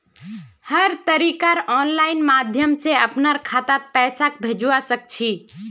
हर तरीकार आनलाइन माध्यम से अपनार खातात पैसाक भेजवा सकछी